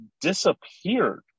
disappeared